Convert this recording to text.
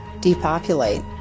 depopulate